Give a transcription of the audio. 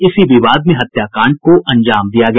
इसी विवाद में हत्याकांड को अंजाम दिया गया